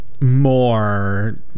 more